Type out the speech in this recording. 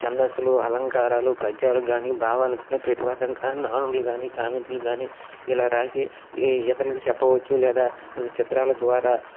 చందస్సులు అలంకారాలు పద్యాలు కాని భావాలు కానీ ప్రతిపదార్థం కాని నానులు కాని సామెతలు కాని ఇలా రాసి ఇతరులకు చెప్పవచ్చు లేదా చిత్రాల ద్వారా